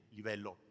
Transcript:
livello